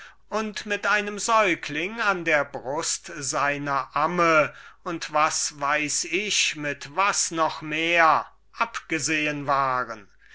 und mit einem säugling an der brust seiner amme und was weiß ich mit was noch mehr abgesehen waren